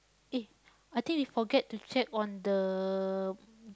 eh I think we forgot to check on the